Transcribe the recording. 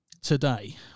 Today